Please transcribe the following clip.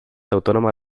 autónoma